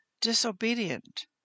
disobedient